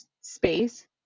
space